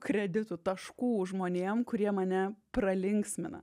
kreditų taškų žmonėm kurie mane pralinksmina